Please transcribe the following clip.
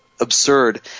Absurd